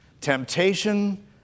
temptation